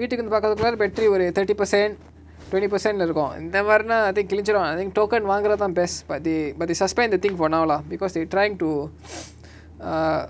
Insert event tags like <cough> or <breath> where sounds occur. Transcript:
வீட்டுக்கு வந்து பாக்குரதுக்கு முன்னால:na kaalaila thorapa veetuku vanthu paakurathuku munnala battery ஒரு:oru thirty percent twenty percent lah இருக்கு இந்தமாரினா:iruku inthamarina I think கிளிஞ்சிறு:kilinjiru I think token வாங்குரதா:vaanguratha best but they but they suspend the thing for now lah because they trying to <breath> uh